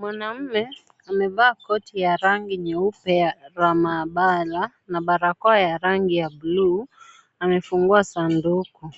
Mwanamme amevaa koti ya rangi nyeupe ya maabara na barakoa ya rangi ya buluu, amefungua sanduku.